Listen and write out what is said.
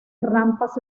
rampas